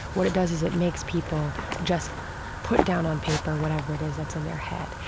what it does is it makes people just put down on paper whatever it is that's in their head.